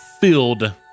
filled